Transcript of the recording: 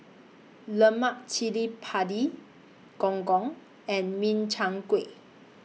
Lemak Cili Padi Gong Gong and Min Chiang Kueh